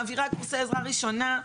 מעבירה קורסי עזרה ראשונה,